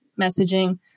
messaging